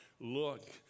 look